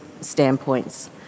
standpoints